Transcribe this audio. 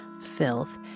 filth